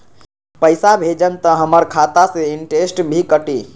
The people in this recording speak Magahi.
पैसा भेजम त हमर खाता से इनटेशट भी कटी?